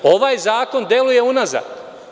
Ovaj zakon deluje unazad.